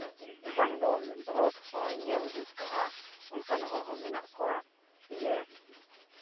ᱵᱟᱝᱫᱚ ᱨᱳᱰ ᱦᱚᱭ ᱧᱮᱞ ᱡᱩᱛ ᱠᱟᱜᱼᱟ ᱚᱱᱠᱟᱱ ᱦᱚᱲ ᱦᱚᱸ ᱢᱮᱱᱟᱜ ᱠᱚᱣᱟ ᱡᱮ